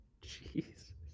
Jesus